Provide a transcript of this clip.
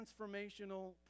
transformational